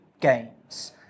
gains